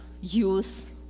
use